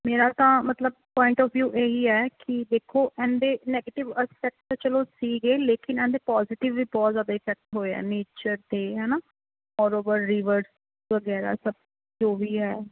ਮੇਰਾ ਤਾਂ ਮਤਲਬ ਪੁਆਇੰਟ ਆਫ ਵਿਯੂ ਇਹੀ ਹੈ ਕਿ ਦੇਖੋ ਇਹਦੇ ਨੈਗੇਟਿਵ ਐਸਪੈਕਟ ਤਾਂ ਚਲੋ ਸੀਗੇ ਲੇਕਿਨ ਇਹਦੇ ਪੋਜੀਟਿਵ ਵੀ ਬਹੁਤ ਜ਼ਿਆਦਾ ਇਫੈਕਟ ਹੋਏ ਆ ਨੇਚਰ 'ਤੇ ਹੈ ਨਾ ਆਲ ਉਵਰ ਰੀਵਰਸ ਵਗੈਰਾ ਸਭ ਜੋ ਵੀ ਹੈ